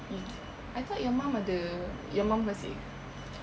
you I thought your mum ada your mum kasi